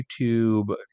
YouTube